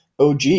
OG